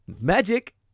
magic